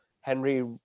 Henry